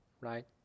right